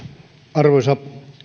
arvoisa